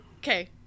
okay